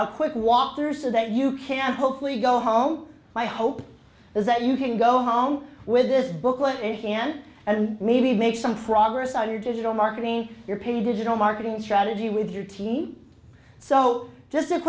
a quick walk through so that you can hopefully go home my hope is that you can go home with this booklet and and maybe make some progress on your digital marketing your pain digital marketing strategy with your team so